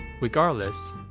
Regardless